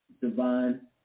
Divine